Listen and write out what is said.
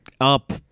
up